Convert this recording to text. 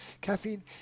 Caffeine